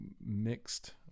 mixed